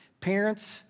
Parents